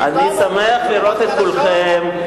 אני שמח לראות את כולכם,